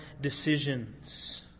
decisions